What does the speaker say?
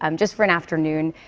um just for an afternoon.